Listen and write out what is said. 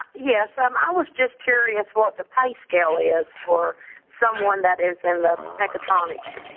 yes. um i was just curious, what the pay scale is for someone that is in the megatronics